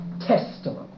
testament